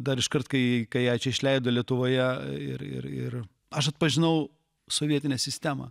dar iškart kai ją čia išleido lietuvoje ir ir aš atpažinau sovietinę sistemą